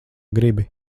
gribi